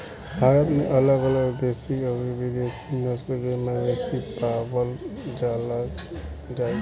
भारत में अलग अलग देशी अउरी विदेशी नस्ल के मवेशी पावल जाइल जाला